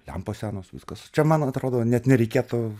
lempos senos viskas čia man atrodo net nereikėtų